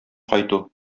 кайту